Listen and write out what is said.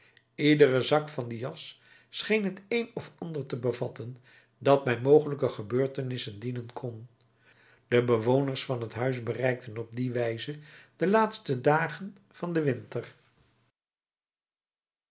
iedere zak van die jas scheen t een of ander te bevatten dat bij mogelijke gebeurtenissen dienen kon de bewoners van het huis bereikten op die wijze de laatste dagen van den winter